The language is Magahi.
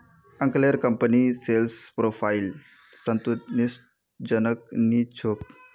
अंकलेर कंपनीर सेल्स प्रोफाइल संतुष्टिजनक नी छोक